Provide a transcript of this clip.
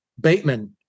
Bateman